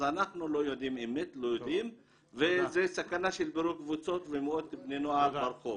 אז אנחנו לא יודעים וזו סכנה של קבוצות ומאות בני נוער ברחוב.